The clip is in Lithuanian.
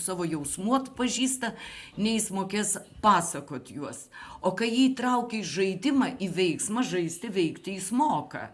savo jausmų atpažįsta nei jis mokės pasakot juos o kai jį įtrauki į žaidimą į veiksmą žaisti veikti jis moka